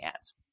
ads